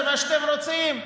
זה מה שאתם רוצים,